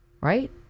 right